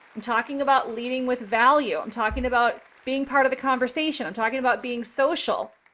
i'm talking about leading with value. i'm talking about being part of the conversation. i'm talking about being social,